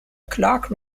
clarke